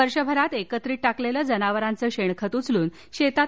वर्षे भरात एकत्रीत टाकलेले जनावरांचे शेनखत उचलून शेतात